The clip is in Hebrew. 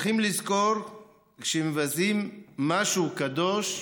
צריכים לזכור שכשמבזים משהו קדוש,